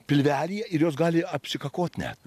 pilvelyje ir jos gali apsikakot net